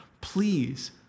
please